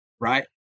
right